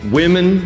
women